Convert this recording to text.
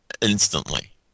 instantly